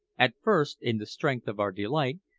at first, in the strength of our delight,